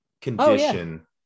condition